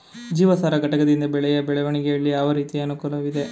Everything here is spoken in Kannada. ಜೀವಸಾರ ಘಟಕದಿಂದ ಬೆಳೆಯ ಬೆಳವಣಿಗೆಯಲ್ಲಿ ಯಾವ ರೀತಿಯ ಅನುಕೂಲವಿದೆ?